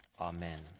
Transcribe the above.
amen